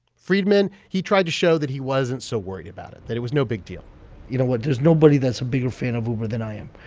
freidman, he tried to show that he wasn't so worried about it, that it was no big deal you know what? there's nobody that's a bigger fan of uber than i am.